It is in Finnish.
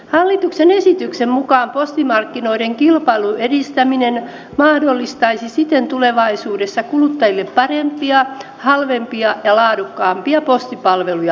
hallituksen esityksen mukaan postimarkkinoiden kilpailun edistäminen mahdollistaisi siten kuluttajille parempia halvempia ja laadukkaampia postipalveluja tulevaisuudessa